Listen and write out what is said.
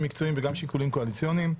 מקצועיים וגם שיקולים קואליציוניים.